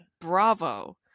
bravo